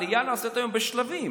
העלייה נעשית היום בשלבים.